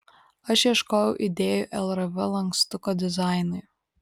aš ieškojau idėjų lrv lankstuko dizainui